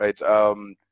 right